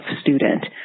student